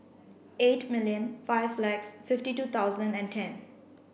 eight million five lakhs fifty two thousand and ten